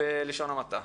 בלשון המעטה.